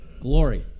glory